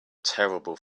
terrible